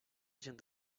gent